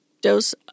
dose